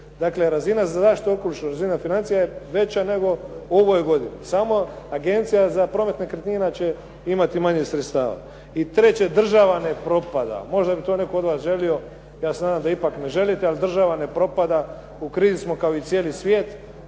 Dakle, razina za zaštitu okoliša, razina financija je veća nego u ovoj godini. Samo Agencija za promet nekretnina će imati manje sredstava. I treće, država ne propada. Možda bi to od vas netko želio, ja se nadam da ipak ne želite jer država ne propada, u krizi smo kao i cijeli svijet,